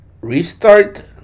restart